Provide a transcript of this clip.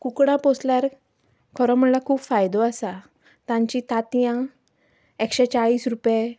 कुकडां पोसल्यार खरो म्हणल्यार खूब फायदो आसा तांचीं तांतयां एकशे चाळीस रुपये